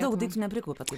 daug daiktų neprikaupėt kaip